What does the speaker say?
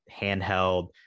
handheld